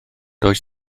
does